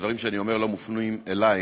הדברים שאני אומר לא מופנים אלייך.